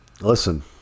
Listen